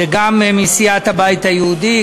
גם מסיעת הבית היהודי,